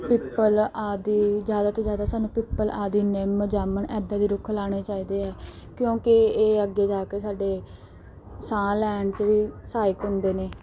ਪਿੱਪਲ ਆਦਿ ਜ਼ਿਆਦਾ ਤੋਂ ਜ਼ਿਆਦਾ ਸਾਨੂੰ ਪਿੱਪਲ ਆਦਿ ਨਿੰਮ ਜਾਮਣ ਇੱਦਾਂ ਦੇ ਰੁੱਖ ਲਾਉਣੇ ਚਾਹੀਦੇ ਆ ਕਿਉਂਕਿ ਇਹ ਅੱਗੇ ਜਾ ਕੇ ਸਾਡੇ ਸਾਹ ਲੈਣ 'ਚ ਵੀ ਸਹਾਇਕ ਹੁੰਦੇ ਨੇ